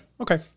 Okay